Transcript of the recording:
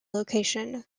location